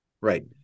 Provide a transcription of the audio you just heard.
Right